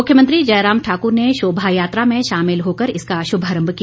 मुख्यमंत्री जयराम ठाक्र ने शोभायात्रा में शामिल होकर इसका श्भारम्भ किया